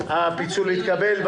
הפיצול התקבל.